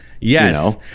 Yes